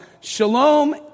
shalom